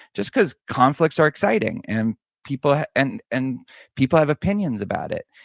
just because conflicts are exciting and people and and people have opinions about it.